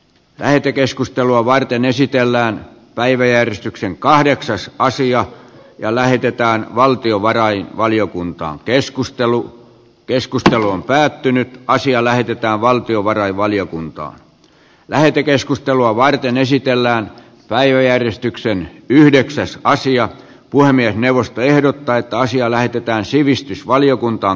lähetekeskustelua varten esitellään päiväjärjestyksen kahdeksan asia lähetetään valtiovarainvaliokuntaan keskustelu keskustelu on päättynyt ja asia lähetetään valtiovarainvaliokuntaan lähetekeskustelua varten esitellään päiväjärjestyksen yhdeksäs sija puhemiesneuvosto ehdottaa että asia lähetetään sivistysvaliokuntaan